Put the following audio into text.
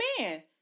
man